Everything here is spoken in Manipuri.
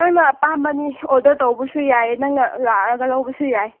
ꯅꯪꯅ ꯑꯄꯥꯝꯕꯅꯤ ꯑꯣꯔꯗꯔ ꯇꯧꯕꯁꯨ ꯌꯥꯏ ꯅꯪꯅ ꯂꯥꯛꯑꯒ ꯂꯧꯕꯁꯨ ꯌꯥꯏ